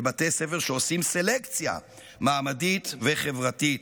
לבתי ספר שעושים סלקציה מעמדית וחברתית,